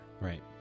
Right